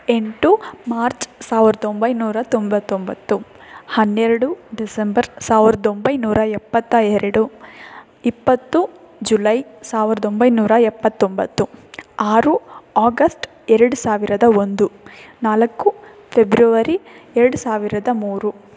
ಎಂಟು ಮಾರ್ಚ್ ಸಾವಿರದ ಒಂಬೈನೂರ ತೊಂಬತ್ತೊಂಬತ್ತು ಹನ್ನೆರಡು ಡಿಸೆಂಬರ್ ಸಾವಿರದ ಒಂಬೈನೂರ ಎಪ್ಪತ್ತ ಎರಡು ಇಪ್ಪತ್ತು ಜುಲೈ ಸಾವಿರದ ಒಂಬೈನೂರ ಎಪ್ಪತ್ತೊಂಬತ್ತು ಆರು ಆಗಸ್ಟ್ ಎರಡು ಸಾವಿರದ ಒಂದು ನಾಲ್ಕು ಫೆಬ್ರವರಿ ಎರಡು ಸಾವಿರದ ಮೂರು